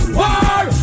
war